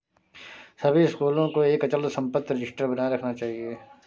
सभी स्कूलों को एक अचल संपत्ति रजिस्टर बनाए रखना चाहिए